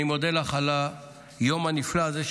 אני מודה לך על היום הנפלא הזה,